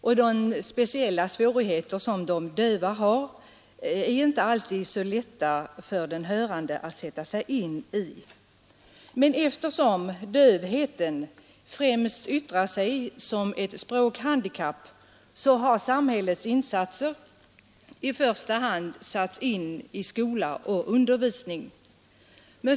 De speciella svårigheter som de döva har är inte alltid så lätta för de hörande att sätta sig in i. Eftersom dövheten främst yttrar sig som ett språkligt handikapp har samhällets insatser i första hand satts in i skola och undervisning.